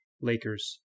Lakers